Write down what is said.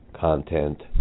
Content